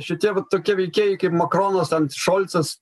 šitie va tokie veikėjai kaip makronas ten šolcas